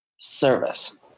service